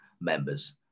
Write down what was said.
members